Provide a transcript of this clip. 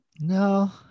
no